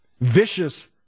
vicious